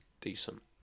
decent